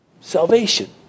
salvation